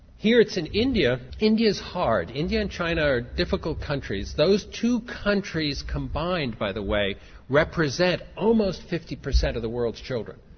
here it's in india. india's hard. india and china are difficult countries, those two countries combined by the way represent almost fifty percent of the world's children,